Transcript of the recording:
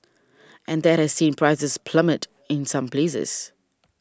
and that has seen prices plummet in some places